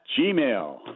Gmail